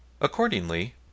Accordingly